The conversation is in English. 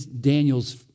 Daniel's